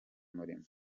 umurimo